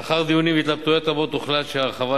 לאחר דיונים והתלבטויות רבות הוחלט שההרחבה